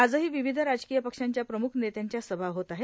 आजहो र्वावध राजकोय पक्षांच्या प्रमुख नेत्यांच्या सभा होत आहेत